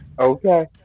Okay